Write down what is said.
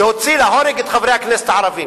להוציא להורג את חברי הכנסת הערבים.